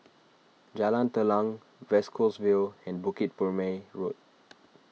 Jalan Telang West Coast Vale and Bukit Purmei Road